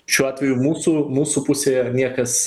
šiuo atveju mūsų mūsų pusėje niekas